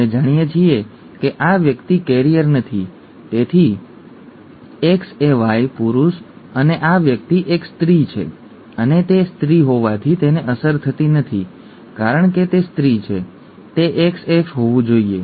આપણે જાણીએ છીએ કે આ વ્યક્તિ કૈરિયર નથી તેથી XAY પુરુષ અને આ વ્યક્તિ એક સ્ત્રી છે અને તે સ્ત્રી હોવાથી તેને અસર થતી નથી કારણ કે તે સ્ત્રી છે તે XX હોવું જોઈએ